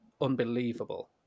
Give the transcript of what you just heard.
unbelievable